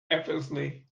effortlessly